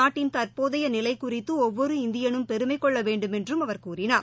நாட்டின் தற்போதையநிலைகுறிததுஒவ்வொரு இந்தியனும் பெருமைகொள்ளவேண்டுமென்றும் அவர் கூறினார்